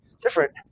different